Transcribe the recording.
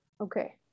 okay